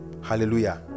Hallelujah